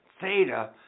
theta